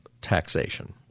taxation